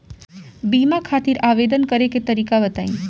बीमा खातिर आवेदन करे के तरीका बताई?